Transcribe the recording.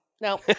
No